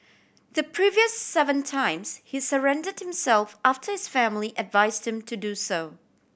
the previous seven times he surrendered himself after his family advised him to do so